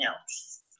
else